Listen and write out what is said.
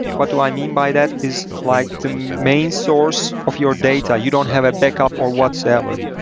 what do i mean by that is like the main source of your data, you don't have a backup or whatsoever.